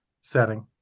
setting